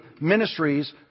ministries